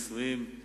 נישואין,